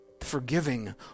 forgiving